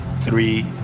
three